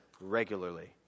regularly